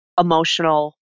emotional